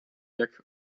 jak